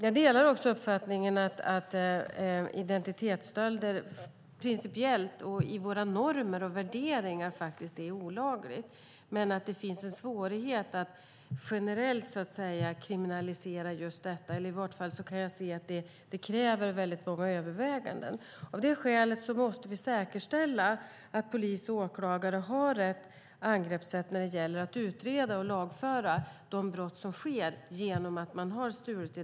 Jag delar också uppfattningen att identitetsstölder principiellt och i våra normer och värderingar faktiskt är olagligt. Det finns dock en svårighet att generellt kriminalisera just detta, eller jag kan i vart fall se att det kräver väldigt många överväganden. Av det skälet måste vi säkerställa att polis och åklagare har rätt angreppssätt när det gäller att utreda och lagföra de brott som sker när identiteter har stulits.